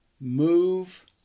move